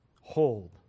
hold